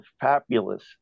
fabulous